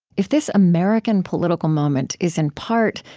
if this american political moment is in part,